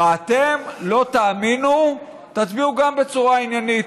ואתם, לא תאמינו, תצביעו גם בצורה עניינית.